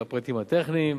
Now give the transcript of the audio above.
לפרטים הטכניים